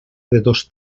dos